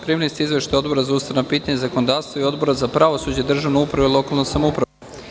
Primili ste izveštaje Odbora za ustavna pitanja i zakonodavstvo i Odbora za pravosuđe, državnu upravu i lokalnu samoupravu.